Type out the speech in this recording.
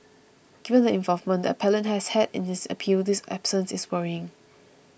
given the involvement the appellant has had in this appeal his absence is worrying